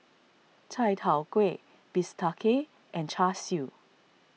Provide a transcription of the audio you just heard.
Chai Tow Kway Bistake and Char Siu